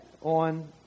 on